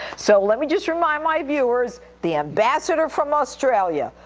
so let me just remind my viewers, the ambassador from australia,